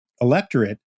electorate